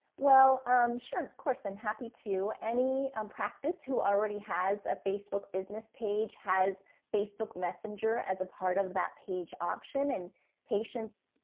well sure. of course i'm happy to any um practice who already has a facebook business page has facebook messenger as a part of that page option and patients,